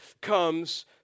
comes